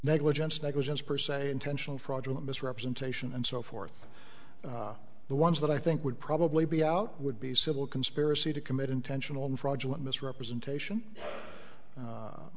negligence negligence per se intentional fraudulent misrepresentation and so forth the ones that i think would probably be out would be civil conspiracy to commit intentional and fraudulent misrepresentation